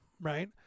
Right